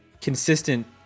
consistent